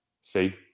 see